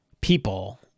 people